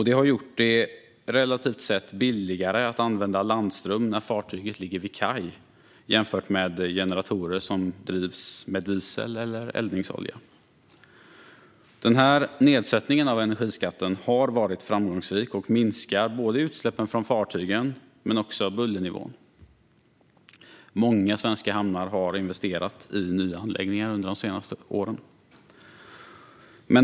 Det har gjort det relativt sett billigare att använda landström när fartyget ligger vid kaj än att använda sig av generatorer som drivs med diesel eller eldningsolja. Denna nedsättning av energiskatten har varit framgångsrik och har lett till att både utsläppen från fartygen och bullernivån har minskat. Många svenska hamnar har investerat i nya anläggningar under de senaste åren.